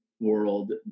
world